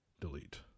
delete